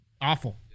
Awful